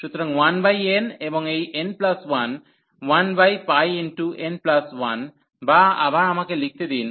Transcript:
সুতরাং 1n এবং এই n1 1πn1 বা আবার আমাকে লিখতে দিন